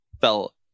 fell